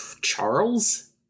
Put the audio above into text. charles